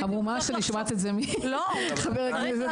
אני המומה שאני שומעת את זה מחברת הכנסת